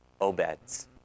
Obeds